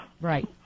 Right